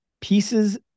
pieces